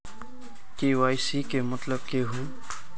KYC के मतलब केहू?